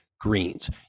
greens